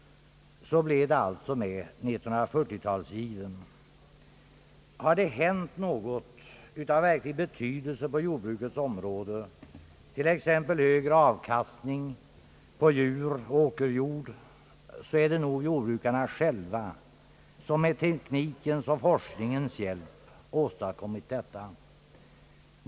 Så blev det alltså med 1940-talsgiven. Har det hänt något av verklig betydelse på jordbrukets område, t.ex. högre avkastning på djur och åkerjord, så är det jordbrukarna själva som med teknikens och forskningens hjälp åstadkommit detta.